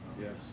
Yes